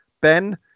ben